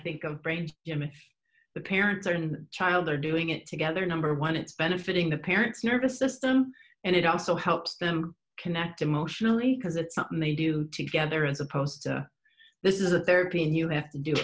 think of brain damage the parents are in child they're doing it together number one it's benefiting the parents nervous system and it also helps them connect emotionally because it's something they do together as opposed to this is a therapy and you have